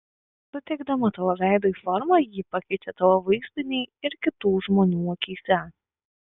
suteikdama tavo veidui formą ji pakeičia tavo vaizdinį ir kitų žmonių akyse